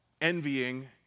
envying